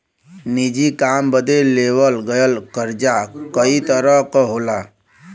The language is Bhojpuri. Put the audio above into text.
निजी काम बदे लेवल गयल कर्जा कई तरह क होला